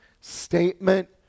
statement